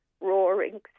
Roaring